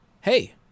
hey